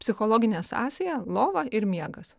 psichologinė sąsaja lova ir miegas